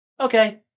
Okay